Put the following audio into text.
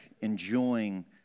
enjoying